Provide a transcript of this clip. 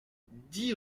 dix